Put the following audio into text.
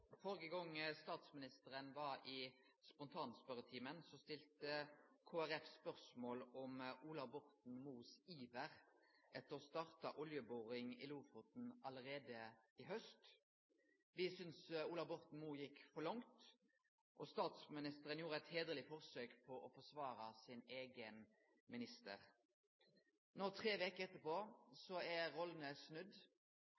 statsministeren var i spontanspørjetimen, stilte Kristeleg Folkeparti spørsmål om statsråd Ola Borten Moes iver etter å starte oljeboring i Lofoten allereie i haust. Me syntest Ola Borten Moe gjekk for langt, og statsministeren gjorde eit heiderleg forsøk på å forsvare sin eigen minister. No, tre veker etterpå,